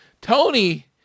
Tony